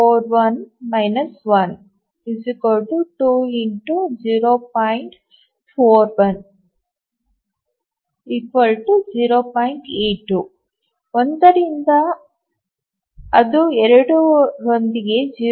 1 ರಿಂದ ಅದು 2 ರೊಂದಿಗೆ 0